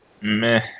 Meh